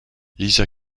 lisa